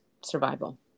survival